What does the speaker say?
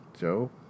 Joe